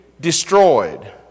destroyed